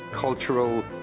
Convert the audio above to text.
cultural